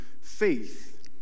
faith